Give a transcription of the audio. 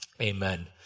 Amen